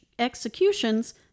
executions